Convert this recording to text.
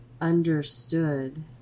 Understood